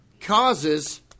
causes